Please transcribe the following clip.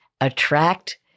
attract